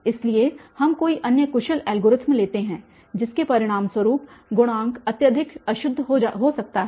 इसलिए हम कोई अन्य कुशल एल्गोरिथ्म लेते हैं जिसके परिणामस्वरूप गुणांक अत्यधिक अशुद्ध हो सकता है